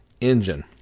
Engine